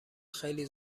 خیلی